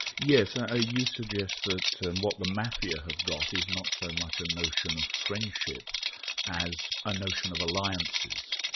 yes, and ah you suggest that and what the mafia have got is not so much a notion of friendship as a notion of alliances.